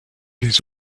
les